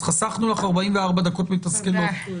אז חסכנו לך 44 דקות מתסכלות.